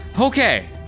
Okay